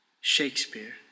Shakespeare